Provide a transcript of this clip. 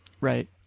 Right